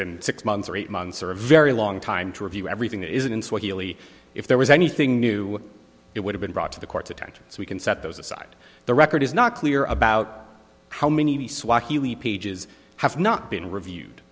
been six months or eight months or a very long time to review everything that isn't in swahili if there was anything new it would have been brought to the court's attention so we can set those aside the record is not clear about how many swahili pages have not been reviewed